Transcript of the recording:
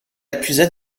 accusait